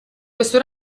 questo